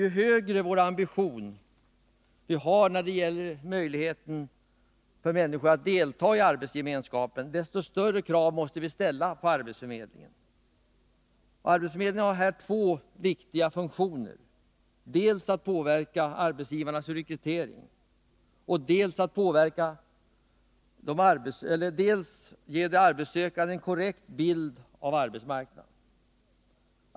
Ju högre ambition vi har när det gäller att ge människor möjlighet att delta i arbetsgemenskapen, desto större krav måste vi ställa på arbetsförmedlingen. Arbetsförmedlingen har här två viktiga funktioner: dels att påverka arbetsgivarnas rekrytering, dels att ge de arbetssökande en korrekt bild av arbetsmarknaden.